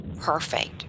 Perfect